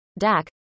DAC